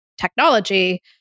technology